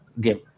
game